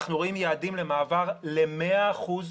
אנחנו רואים יעדים למעבר ל-100 אחוזים